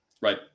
Right